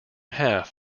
half